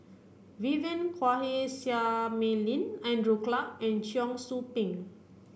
Vivien Quahe Seah Mei Lin Andrew Clarke and Cheong Soo Pieng